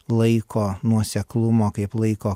laiko nuoseklumo kaip laiko